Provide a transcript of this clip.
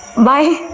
bye.